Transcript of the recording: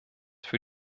für